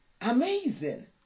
amazing